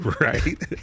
Right